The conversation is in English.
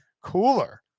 cooler